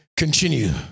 Continue